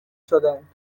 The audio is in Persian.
شدند